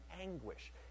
anguish